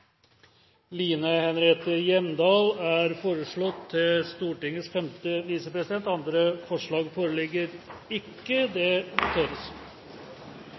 er foreslått valgt til Stortingets første visepresident. Andre forslag foreligger ikke. Det